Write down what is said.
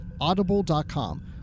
Audible.com